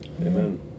Amen